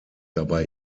dabei